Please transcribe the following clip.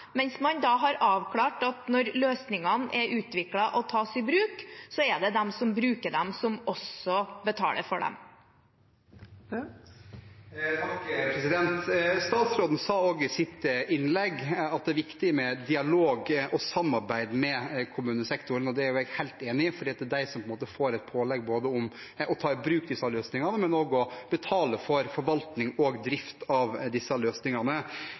mens man da har avklart at når løsningene er utviklet og tas i bruk, er det de som bruker dem, som også betaler for dem. Statsråden sa også i sitt innlegg at det er viktig med dialog og samarbeid med kommunesektoren, og det er jeg helt enig i, for det er de som får et pålegg om både å ta i bruk disse løsningene og også å betale for forvaltning og drift av